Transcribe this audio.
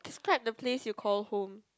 describe the place you call home